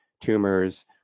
tumors